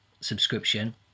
subscription